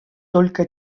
только